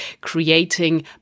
creating